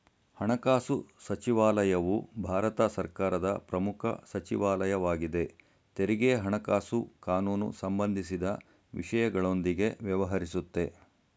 ಹಣಕಾಸು ಸಚಿವಾಲಯವು ಭಾರತ ಸರ್ಕಾರದ ಪ್ರಮುಖ ಸಚಿವಾಲಯವಾಗಿದೆ ತೆರಿಗೆ ಹಣಕಾಸು ಕಾನೂನು ಸಂಬಂಧಿಸಿದ ವಿಷಯಗಳೊಂದಿಗೆ ವ್ಯವಹರಿಸುತ್ತೆ